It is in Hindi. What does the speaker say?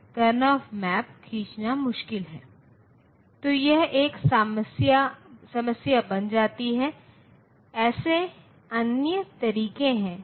2's कॉम्प्लीमेंट रिप्रजेंटेशनमें 4 इस तरह होगा